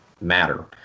matter